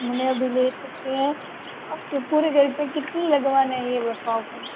आपके पूरे घर पे कितनी लगवाना ये बताओ पहले